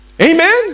Amen